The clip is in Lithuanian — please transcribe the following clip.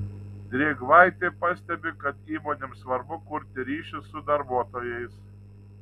drėgvaitė pastebi kad įmonėms svarbu kurti ryšį su darbuotojais